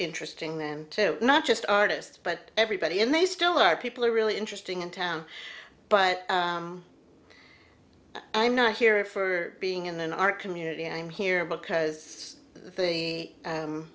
interesting them not just artists but everybody and they still are people are really interesting in town but i'm not here for being in an art community i'm here because the